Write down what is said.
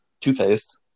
Two-Face